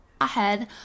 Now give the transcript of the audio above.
Ahead